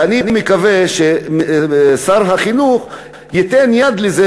ואני מקווה ששר החינוך ייתן יד לזה,